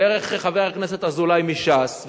דרך חבר הכנסת אזולאי מש"ס,